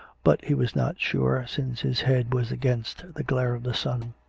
but he was not sure, since his head was against the glare of the sun.